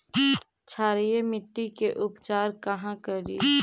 क्षारीय मिट्टी के उपचार कहा करी?